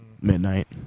midnight